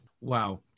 Wow